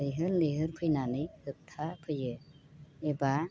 लैहोर लैहोर फैनानै होबथा फैयो एबा